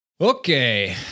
Okay